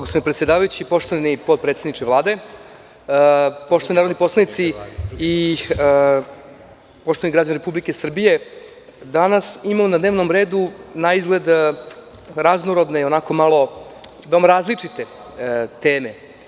Gospodine predsedavajući, poštovani potpredsedniče Vlade, narodni poslanici i poštovani građani Republike Srbije, danas imamo na dnevnom redu naizgled raznorodne i različite teme.